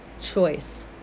choice